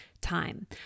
time